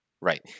Right